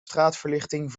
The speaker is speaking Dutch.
straatverlichting